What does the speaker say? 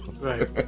Right